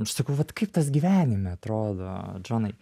sakau vat kaip tas gyvenime atrodo džonai